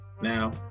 Now